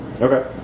Okay